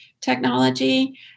technology